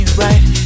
right